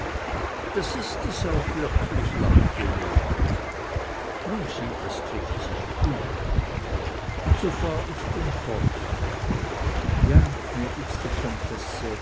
das ist es auch wirklich lachte lene nun sieh das trifft sich gut und so fahr ich denn fort ja gnädigste komtesse